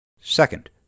Second